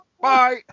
Bye